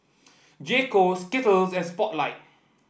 J Co Skittles and Spotlight